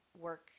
work